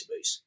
database